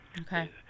Okay